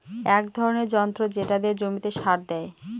এক ধরনের যন্ত্র যেটা দিয়ে জমিতে সার দেয়